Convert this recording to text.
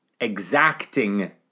exacting